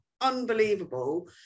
unbelievable